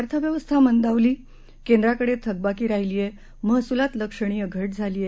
अर्थव्यवस्था मंदावली केंद्राकडे थकबाकी राहिलीय महसुलात लक्षणीय घट झालीय